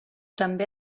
també